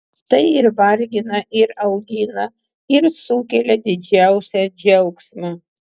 tai ir vargina ir augina ir sukelia didžiausią džiaugsmą